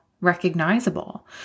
recognizable